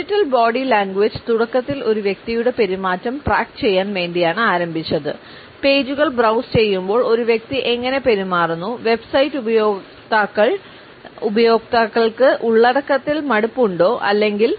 digital body language തുടക്കത്തിൽ ഒരു വ്യക്തിയുടെ പെരുമാറ്റം ട്രാക്കു ചെയ്യാൻ വേണ്ടിയാണ് ആരംഭിച്ചത് പേജുകൾ ബ്രൌസു ചെയ്യുമ്പോൾ ഒരു വ്യക്തി എങ്ങനെ പെരുമാറുന്നു വെബ്സൈറ്റ് ഉപയോക്താക്കൾക്ക് ഉള്ളടക്കത്തിൽ മടുപ്പുണ്ടോ അല്ലെങ്കിൽ